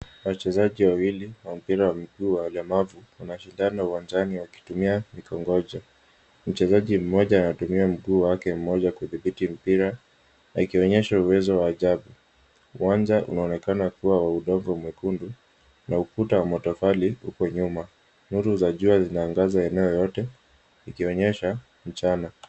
Wachezaji wawili wa mpira wa miguu wa walemavu, wanashindana uwanjani wakitumia mikongojo. Mchezaji mmoja anatumia mguu wake mmoja Kudhibiti mpira, akionyesha uwezo wa ajabu. Uwanja inaonekana kuwa wa udongo mwekundu na ukuta wa matofali uko nyuma. Nyuzi za jua zinaangaza eneo lote, ikionyesha mchana.